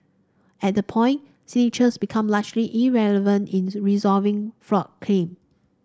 at that point signatures became largely irrelevant in resolving fraud claim